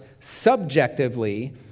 subjectively